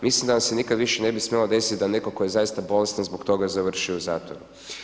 Mislim da nam se nikad više ne bi smjelo desiti da netko tko je zaista bolestan zbog toga završi u zatvoru.